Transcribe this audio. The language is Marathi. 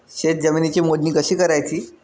शेत जमिनीची मोजणी कशी करायची?